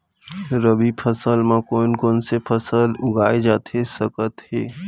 रबि फसल म कोन कोन से फसल उगाए जाथे सकत हे?